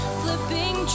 flipping